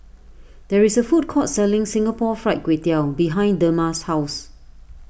there is a food court selling Singapore Fried Kway Tiao behind Dema's house